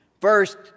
First